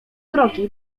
drogi